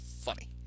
funny